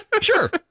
Sure